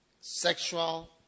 sexual